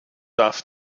darf